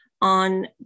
on